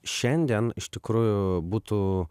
šiandien iš tikrųjų būtų